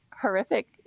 horrific